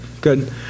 good